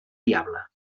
diable